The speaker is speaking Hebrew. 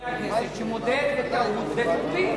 מחברי הכנסת שמודים בטעות בפומבי.